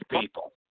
people